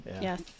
Yes